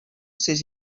ces